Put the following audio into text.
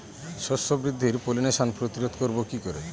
শস্য বৃদ্ধির পলিনেশান প্রতিরোধ করব কি করে?